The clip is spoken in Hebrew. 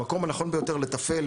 המקום הנכון ביותר לתפעל,